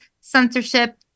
censorship